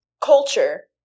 culture